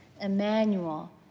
Emmanuel